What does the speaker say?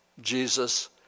Jesus